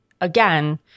again